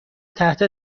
تحت